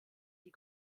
die